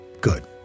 good